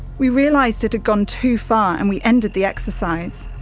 we realised it had gone too far, and we ended the exercise.